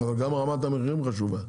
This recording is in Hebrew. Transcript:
אבל גם רמת המחירים חשובה.